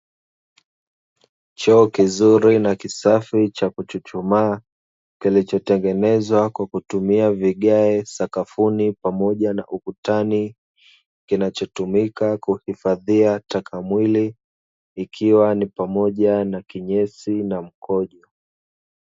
Choo kizuri na kisafi cha kuchuchumaa kilichotengenezwa kwa kutumia vigae sakafuni pamoja na ukutani kinachotumika kuhifadhia taka mwili ikiwa ni pamoja na kinyesi na mkojo.